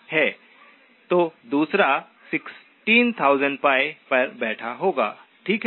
तो दूसरा 16000π पर बैठा होगा ठीक है